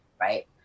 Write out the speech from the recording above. right